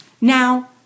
now